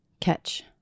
catch